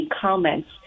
comments